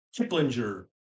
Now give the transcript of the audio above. Kiplinger